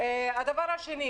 שנית,